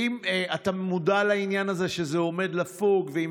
האם אתה מודע לעניין הזה שזה עומד לפוג ואם